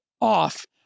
off